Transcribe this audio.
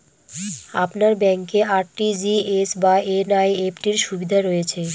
আপনার ব্যাংকে আর.টি.জি.এস বা এন.ই.এফ.টি র সুবিধা রয়েছে?